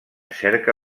cerca